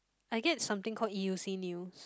I get something call e_u_c news